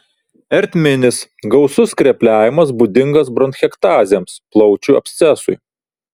ertminis gausus skrepliavimas būdingas bronchektazėms plaučių abscesui